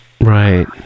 Right